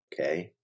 okay